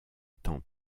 temps